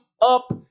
up